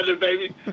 baby